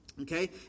Okay